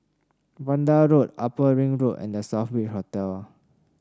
Vanda Road Upper Ring Road and The Southbridge Hotel